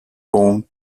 owned